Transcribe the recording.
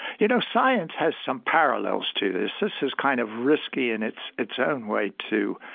you know, science has some parallels to this. this is kind of risky in its its own way too,